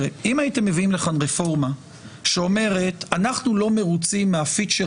אם הייתם מביאים לכאן רפורמה שאומרת שאנחנו לא מרוצים מהפיצ'ר